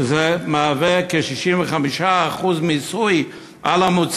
שזה כ-65% מס על המוצרים,